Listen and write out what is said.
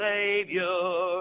Savior